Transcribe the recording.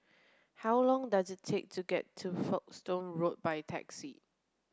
how long does it take to get to Folkestone Road by taxi